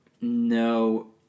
no